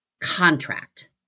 contract